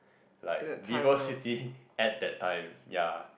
like Vivo-City at that time ya